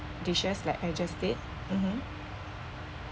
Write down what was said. dishes like I just said mmhmm